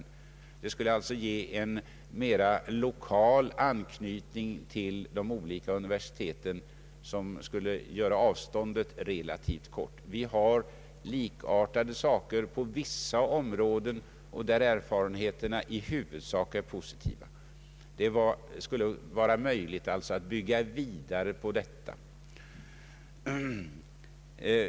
Avnämarråden skulle alltså ges en mera lokal anknytning till de olika universiteten, vilket skulle göra avståndet relativt kort. Vi har likarta de råd på vissa områden, och erfarenheterna därav är i huvudsak positiva. Det skulle alltså vara möjligt att bygga vidare härpå.